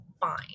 fine